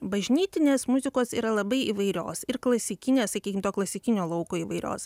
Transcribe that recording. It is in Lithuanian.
bažnytinės muzikos yra labai įvairios ir klasikinės sakykim to klasikinio lauko įvairios